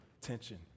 Tension